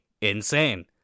insane